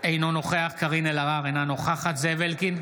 אינו נוכח קארין אלהרר, אינה נוכחת זאב אלקין,